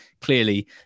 Clearly